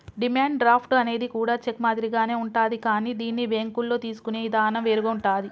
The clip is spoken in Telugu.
డిమాండ్ డ్రాఫ్ట్ అనేది కూడా చెక్ మాదిరిగానే ఉంటాది కానీ దీన్ని బ్యేంకుల్లో తీసుకునే ఇదానం వేరుగా ఉంటాది